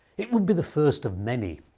it would be the first of many.